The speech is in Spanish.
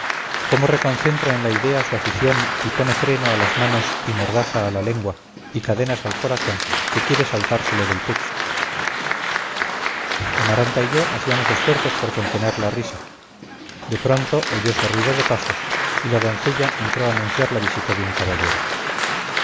cómo reconcentra en la idea su afición y pone freno a las manos y mordaza a la lengua y cadenas al corazón que quiere saltársele del pecho amaranta y yo hacíamos esfuerzos por contener la risa de pronto oyose ruido de pasos y la doncella entró a anunciar la visita de un caballero